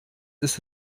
ist